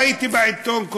ראיתי בעיתון,